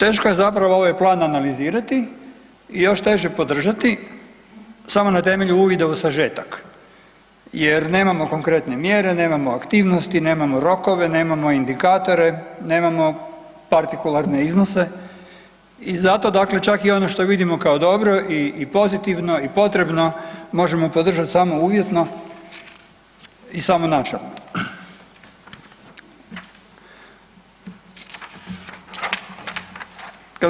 Teško je zapravo ovaj Plan analizirati, još teže podržati samo na temelju uvida u sažetak jer nemamo konkretne mjere, nemamo aktivnosti, nemamo rokove, nemamo indikatore, nemamo partikularne iznose i zato dakle čak i ono što vidimo kao dobro i pozitivno i potrebno možemo podržati samo uvjetno i samo načelno.